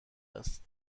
است